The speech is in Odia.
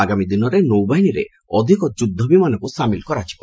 ଆଗାମୀ ଦିନରେ ନୌବାହିନୀରେ ଅଧିକ ଯୁଦ୍ଧବିମାନକୁ ସାମିଲ କରାଯିବ